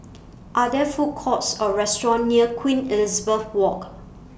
Are There Food Courts Or restaurants near Queen Elizabeth Walk